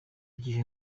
igihe